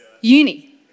uni